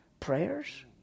prayers